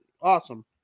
awesome